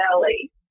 belly